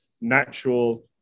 natural